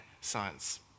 science